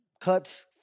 Cuts